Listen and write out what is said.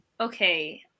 Okay